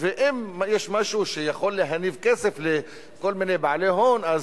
ולאשר את הצעת החוק בקריאה השנייה